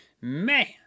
Man